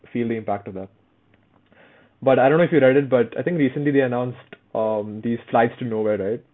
feel the impact of the but I don't know if you read it but I think recently they announced um these flights to nowhere right